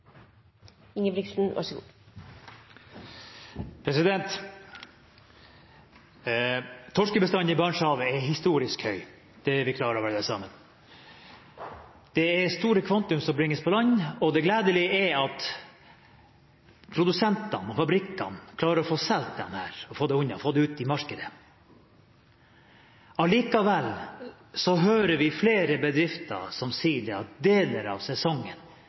i år, så den rekorden vi satte i fjor, ligger det nå an til at vi skal slå med betydelig margin. Torskebestanden i Barentshavet er historisk høy, det er vi klar over alle sammen. Det er store kvanta som bringes på land, og det gledelige er at produsentene og fabrikkene klarer å få solgt denne, få den unna, få den ut i markedet. Allikevel hører vi flere bedrifter som sier at